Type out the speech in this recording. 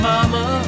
Mama